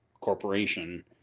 corporation